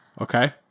Okay